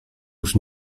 już